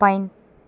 pine